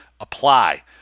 apply